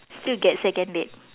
still get second date